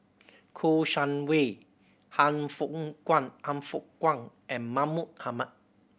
Kouo Shang Wei Han Fook Kwang Han Fook Kwang and Mahmud Ahmad